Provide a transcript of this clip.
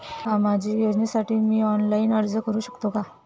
सामाजिक योजनेसाठी मी ऑनलाइन अर्ज करू शकतो का?